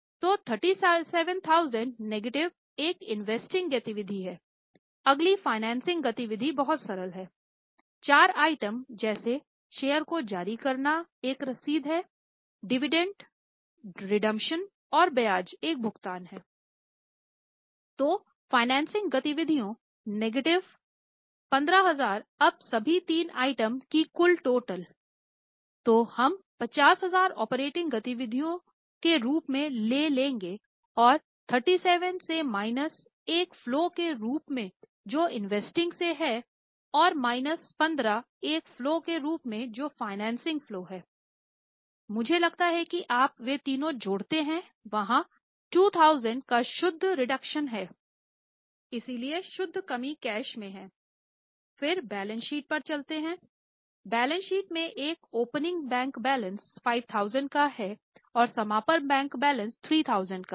तो37000 negative एक investing bank balance 5000 का और समापन बैंक बैलेंस 3000 का हैं